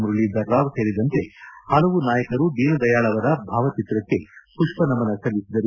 ಮುರಳೀಧರ ರಾವ್ ಸೇರಿದಂತೆ ಹಲವು ನಾಯಕರು ದೀನದಯಾಳ್ ಅವರ ಭಾವಚಿತ್ರಕ್ಷೆ ಪುಷ್ಪನಮನ ಸಲ್ಲಿಸಿದರು